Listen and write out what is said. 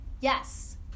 Yes